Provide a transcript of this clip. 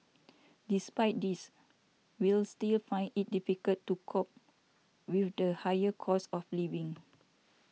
despite this we'll still find it difficult to cope with the higher cost of living